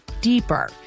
deeper